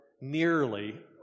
nearly